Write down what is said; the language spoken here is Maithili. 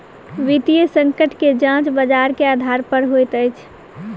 वित्तीय संकट के जांच बजार के आधार पर होइत अछि